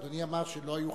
אדוני אמר שלא היו חסרים,